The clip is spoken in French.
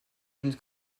jeunes